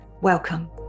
welcome